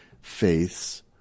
faiths